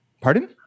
Pardon